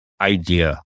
idea